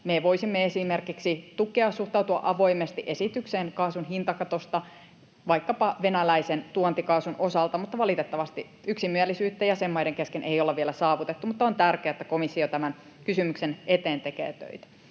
Me voisimme esimerkiksi tukea, suhtautua avoimesti esitykseen kaasun hintakatosta vaikkapa venäläisen tuontikaasun osalta, mutta valitettavasti yksimielisyyttä jäsenmaiden kesken ei olla vielä saavutettu, mutta on tärkeää, että komissio tämän kysymyksen eteen tekee töitä.